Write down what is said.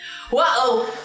Whoa